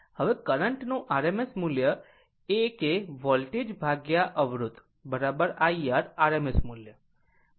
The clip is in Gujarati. હવે કરંટ નું RMS મૂલ્ય એ છે કે વોલ્ટેજ અવરોધ IR RMS મૂલ્ય